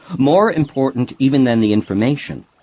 more important even than the information,